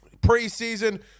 preseason